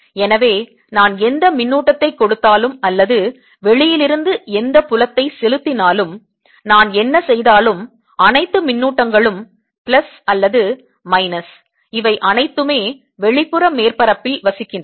எனவே நான் எந்த மின்னூட்டத்தை கொடுத்தாலும் அல்லது வெளியிலிருந்து எந்த புலத்தை செலுத்தினாலும் நான் என்ன செய்தாலும் அனைத்து மின்னூட்டங்களும் பிளஸ் அல்லது மைனஸ் இவை அனைத்துமே வெளிப்புற மேற்பரப்பில் வசிக்கிறன